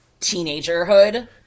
teenagerhood